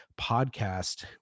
podcast